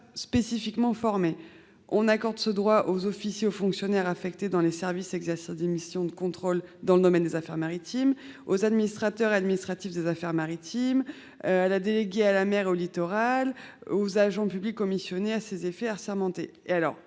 spécifiquement formées : il accorde ce droit aux officiers ou fonctionnaires affectés dans les services exerçant des missions de contrôle dans le domaine des affaires maritimes, aux administrateurs et administratrices des affaires maritimes, à la déléguée à la mer et au littoral et aux agents publics commissionnés à cet effet et assermentés.